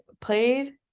played